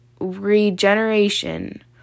Regeneration